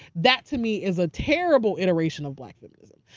that to me is a terrible ideration of black feminism.